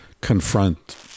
confront